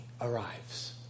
arrives